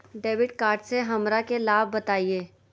Debit card से हमरा के लाभ बताइए?